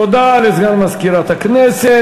תודה לסגן מזכירת הכנסת.